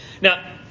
now